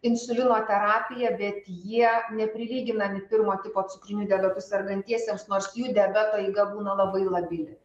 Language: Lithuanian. insulino terapija bet jie neprilyginami pirmo tipo cukriniu diabetu sergantiesiems nors jų diabeto eiga būna labai labili